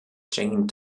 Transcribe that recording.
jane